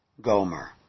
Gomer